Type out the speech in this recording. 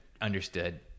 understood